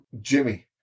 Jimmy